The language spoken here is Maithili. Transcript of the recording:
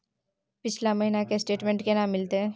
पिछला महीना के स्टेटमेंट केना मिलते?